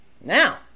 now